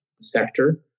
sector